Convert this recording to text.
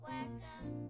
Welcome